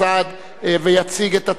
בעד, אין מתנגדים, אין נמנעים.